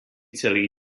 celý